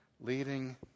leading